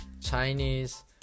Chinese